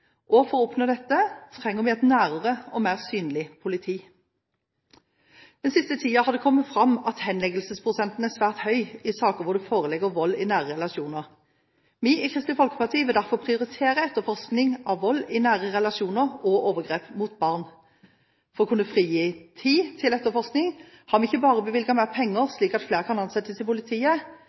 og for å oppnå dette trenger vi et nærere og mer synlig politi. Den siste tiden har det kommet fram at henleggelsesprosenten er svært høy i saker hvor det foreligger vold i nære relasjoner. Vi i Kristelig Folkeparti vil derfor prioritere etterforskning av vold i nære relasjoner og overgrep mot barn. For å kunne frigi tid til etterforskning har vi ikke bare bevilget mer penger slik at flere kan ansettes i politiet,